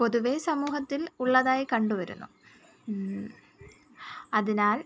പൊതുവേ സമൂഹത്തിൽ ഉള്ളതായി കണ്ട് വരുന്നു അതിനാൽ